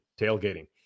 tailgating